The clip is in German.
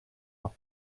nach